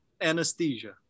anesthesia